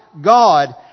god